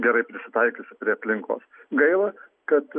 gerai prisitaikiusi prie aplinkos gaila kad